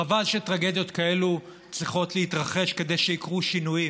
חבל שטרגדיות כאלה צריכות להתרחש כדי שיקרו שינויים,